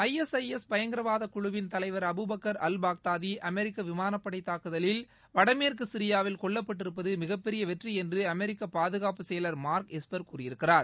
IS IS பயங்கரவாத குழுவின் தலைவர் அபுபக்கர் அல் பாக்தாதி அமெரிக்க விமானப்படை தாக்குதலில் வடமேற்கு சிரியாவில் கொல்லப்பட்டிருப்பது மிகப்பெரிய வெற்றி என்று அமெரிக்க பாதுகாப்பு செயலர் மார்க் எஸ்பர் கூறியிருக்கிறார்